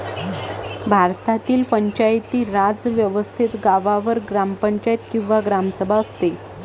भारतातील पंचायती राज व्यवस्थेत गावावर ग्रामपंचायत किंवा ग्रामसभा असते